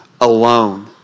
alone